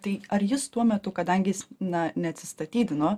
tai ar jis tuo metu kadangi jis na neatsistatydino